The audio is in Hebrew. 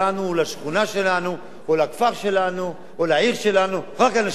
לשכונה שלנו או לכפר שלנו או לעיר שלנו רק אנשים חזקים.